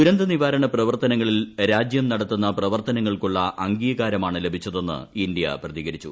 ദുരന്തനിവാരണ പ്രവർത്തനങ്ങളിൽ രാജ്യം നടത്തുന്ന പ്രവർത്തനങ്ങൾക്കുള്ള അംഗീകാരമാണ് ലഭിച്ചതെന്ന് ഇന്ത്യ പ്രതികരിച്ചു